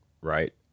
right